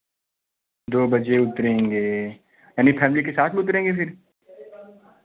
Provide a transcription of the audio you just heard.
दो बजे उतरेंगे यानि फैमिली के साथ में उतरेंगे फिर